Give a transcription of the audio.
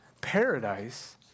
paradise